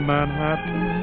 Manhattan